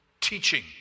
teaching